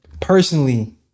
personally